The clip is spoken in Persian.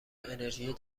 انرژی